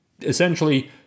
essentially